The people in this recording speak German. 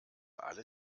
alle